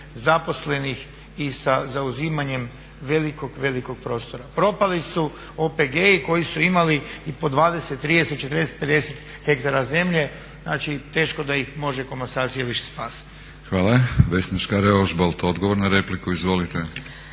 zaposlenih i sa zauzimanjem velikog, velikog prostora. Propali su OPG-i koji su imali i po 20, 30, 40, 50 hektara zemlje, znači teško da ih može komasacija više spasiti. **Batinić, Milorad (HNS)** Hvala. Vesna Škare-Ožbolt odgovor na repliku. Izvolite.